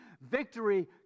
Victory